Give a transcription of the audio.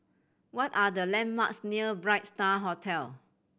what are the landmarks near Bright Star Hotel